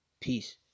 Peace